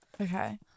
Okay